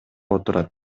отурат